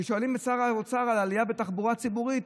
כששואלים את שר האוצר על העלייה בתחבורה הציבורית,